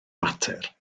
mater